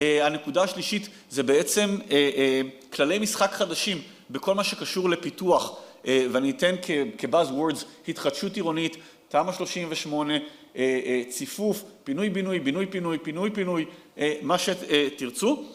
הנקודה השלישית זה בעצם כללי משחק חדשים, בכל מה שקשור לפיתוח ואני אתן כבאז וורדס התחדשות עירונית, תמ"א 38, ציפוף, פינוי-בינוי, בינוי-פינוי, פינוי-פינוי, מה שתרצו.